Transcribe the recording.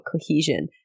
cohesion